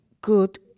good